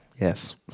Yes